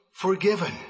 forgiven